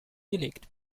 gelegt